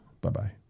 Bye-bye